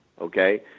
okay